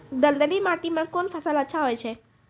दलदली माटी म कोन फसल अच्छा होय छै?